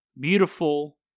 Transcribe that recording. beautiful